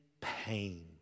pain